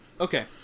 Okay